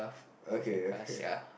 okay